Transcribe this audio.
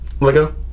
Lego